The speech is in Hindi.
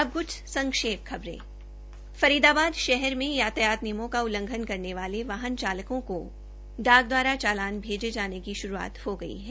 अब कुछ ख्बरे संक्षेप में फरीदाबाद शहर में यातायात नियमों का उल्लंघन करने वाले वाहन चालकों को डाक द्वारा चालान भेजे जाने की श्रूआत से गई है